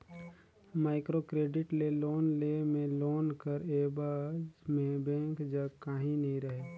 micro credit ले loan लेय में लोन कर एबज में बेंक जग काहीं नी रहें